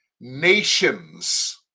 nations